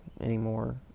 anymore